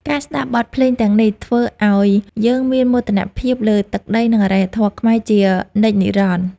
ការស្ដាប់បទភ្លេងទាំងនេះ ធ្វើឱ្យយើងមានមោទនភាពលើទឹកដី និងអរិយធម៌ខ្មែរជានិច្ចនិរន្តរ៍។